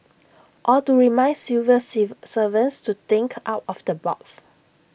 or to remind civil servants to think out of the box